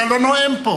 טול קורה מבין עיניו של,